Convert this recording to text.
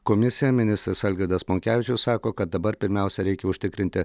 komisija ministras algirdas monkevičius sako kad dabar pirmiausia reikia užtikrinti